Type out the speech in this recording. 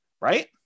right